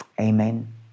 Amen